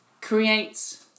create